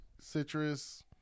citrus